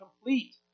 complete